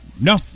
No